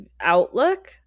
outlook